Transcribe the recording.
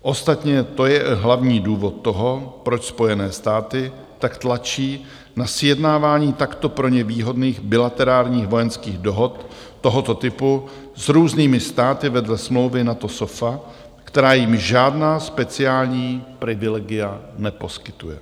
Ostatně to je hlavní důvod toho, proč Spojené státy tak tlačí na sjednávání takto pro ně výhodných bilaterárních vojenských dohod tohoto typu s různými státy vedle smlouvy NATO SOFA, která jim žádná speciální privilegia neposkytuje.